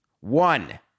One